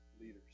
leaders